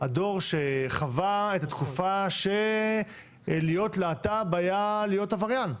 הדור שחווה את התקופה שלהיות להט"ב היה להיות עבריין,